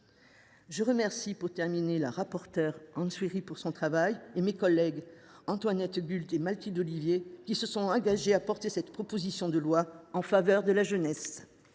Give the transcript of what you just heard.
je remercie la rapporteure, Anne Souyris, pour son travail et mes collègues Antoinette Guhl et Mathilde Ollivier, qui se sont engagées à porter cette proposition de loi en faveur de la jeunesse.